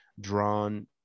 drawn